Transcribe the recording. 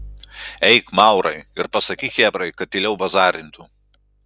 eik maurai ir pasakyk chebrai kad tyliau bazarintų